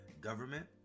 government